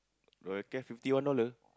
Royal Care get fifty one dollar